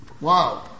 Wow